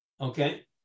Okay